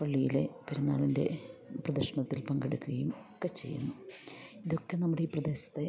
പള്ളിയിലെ പെരുന്നാളിൻ്റെ പ്രദർശനത്തിൽ പങ്കെടുക്കുകയും ഒക്കെ ചെയ്യുന്നു ഇതൊക്കെ നമ്മുടെ ഈ പ്രദേശത്തെ